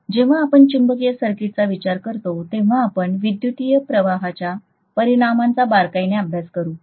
जेव्हा आपण चुंबकीय सर्किटचा विचार करतो तेव्हा आपण विद्युतीय प्रवाहाच्या परिणामाचा बारकाईने अभ्यास करू